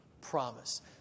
promise